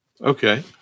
Okay